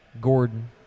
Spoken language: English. Gordon